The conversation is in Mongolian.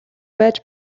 байж